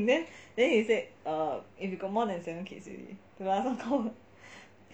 then then he said err if you got more than seven kids already the last one called